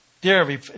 Dear